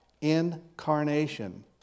incarnation